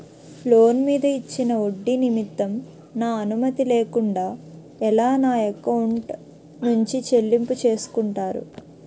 Loan మీద ఇచ్చిన ఒడ్డి నిమిత్తం నా అనుమతి లేకుండా ఎలా నా ఎకౌంట్ నుంచి చెల్లింపు చేసుకుంటారు?